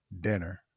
dinner